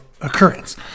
occurrence